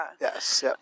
Yes